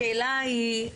השאלה היא,